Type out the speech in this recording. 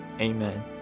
amen